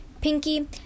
Pinky